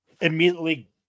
immediately